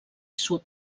sud